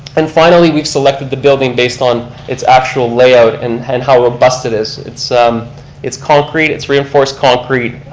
and finally we've selected the building based on it's actually layout and and how robust it is. it's um it's concrete, it's reinforced concrete,